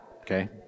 Okay